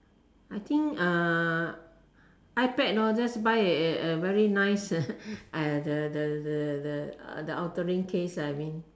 I think uh iPad lor just buy a a very nice uh uh the the the outer rim case I mean